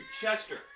Chester